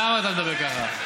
למה אתה מדבר ככה?